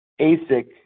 ASIC